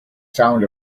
sound